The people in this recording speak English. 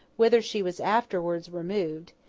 whither she was afterwards removed,